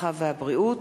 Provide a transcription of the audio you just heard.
הרווחה והבריאות.